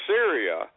Syria